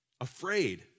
afraid